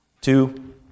Two